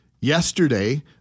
Yesterday